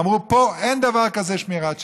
אמרו: פה אין דבר כזה שמירת שבת.